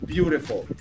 Beautiful